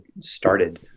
started